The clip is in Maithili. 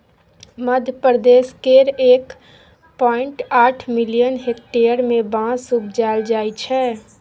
मध्यप्रदेश केर एक पॉइंट आठ मिलियन हेक्टेयर मे बाँस उपजाएल जाइ छै